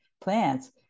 plants